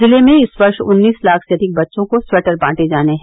जनपद में इस वर्ष उन्नीस लाख से अधिक बच्चों को स्वेटर बांटे जाने हैं